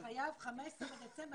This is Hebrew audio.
אז בעשרה בדצמבר.